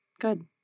Good